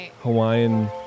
Hawaiian